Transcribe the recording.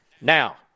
Now